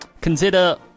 consider